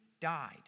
died